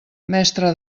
mestre